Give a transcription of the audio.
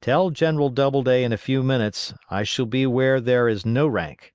tell general doubleday in a few minutes i shall be where there is no rank.